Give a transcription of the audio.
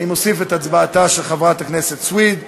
אני מוסיף את הצבעתה של חברת הכנסת סויד.